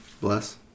bless